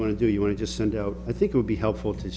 want to do you want to send out i think it would be helpful to